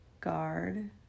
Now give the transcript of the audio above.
guard